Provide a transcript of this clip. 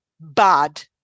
bad